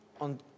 On